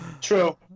true